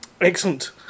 excellent